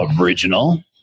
original